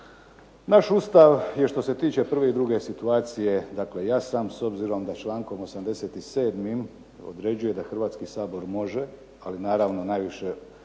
Naš Ustav je što se tiče prve i druge situacije dakle jasan s obzirom da člankom 87. određuje da Hrvatski sabor može, ali naravno najviše